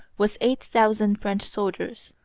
was eight thousand french soldiers.